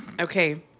Okay